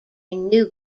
new